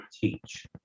Teach